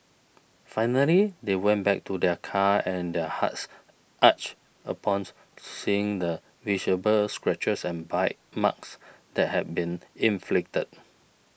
finally they went back to their car and their hearts ached upon seeing the visible scratches and bite marks that had been inflicted